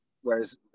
Whereas